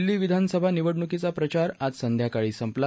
दिल्ली विधानसभा निवडणुकीचा प्रचार आज संध्याकाळी संपला